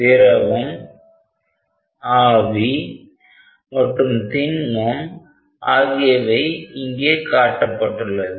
திரவம் ஆவி மற்றும் திண்மம் ஆகியவை இங்கே காட்டப்பட்டுள்ளது